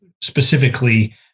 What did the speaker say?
specifically